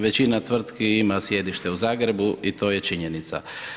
Većina tvrtki ima sjedište u Zagrebu i to je činjenica.